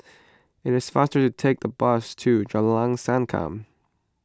it is faster to take the bus to Jalan Sankam